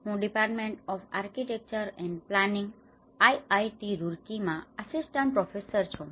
હું department of architecture and planning IIT Roorkee માં assistant professor છું